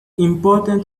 important